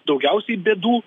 daugiausiai bėdų